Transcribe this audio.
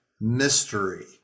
mystery